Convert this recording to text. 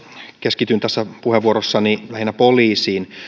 keskityn tässä puheenvuorossani lähinnä poliisiin